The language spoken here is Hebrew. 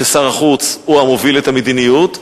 ששר החוץ הוא המוביל את המדיניות,